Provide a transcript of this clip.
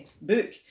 book